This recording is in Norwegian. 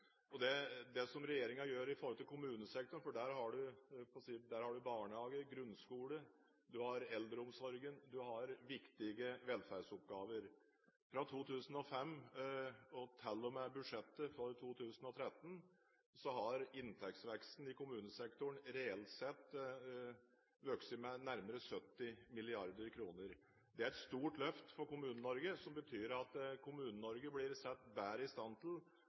Det regjeringen gjør i kommunesektoren – med barnehage, grunnskole og eldreomsorg – er viktige velferdsoppgaver. Fra 2005 og til og med budsjettet for 2013 har inntektsveksten i kommunesektoren reelt sett vokst med nærmere 70 mrd. kr, et stort løft for Kommune-Norge som gjør at Kommune-Norge blir satt bedre i stand til